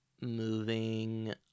moving